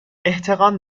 احتقان